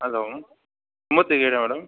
hello madam